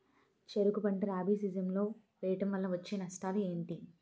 చెరుకు పంట రబీ సీజన్ లో వేయటం వల్ల వచ్చే నష్టాలు ఏంటి?